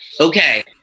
Okay